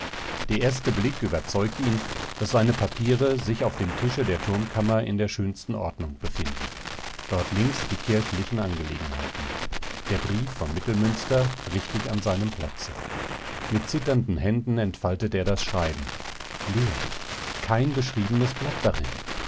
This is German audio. der erste blick überzeugt ihn daß seine papiere sich auf dem tische der turmkammer in der schönsten ordnung befinden dort links die kirchlichen angelegenheiten der brief vom mittelmünster richtig an seinem platze mit zitternden händen entfaltet er das schreiben leer kein beschriebenes blatt darin